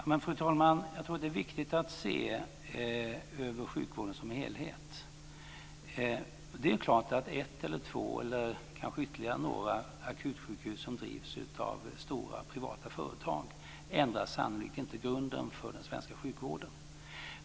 Fru talman! Jag tror att det är viktigt att se över sjukvården som helhet. Det är klart att ett, två eller kanske ytterligare några akutsjukhus som drivs av stora privata företag sannolikt inte ändrar grunden för den svenska sjukvården.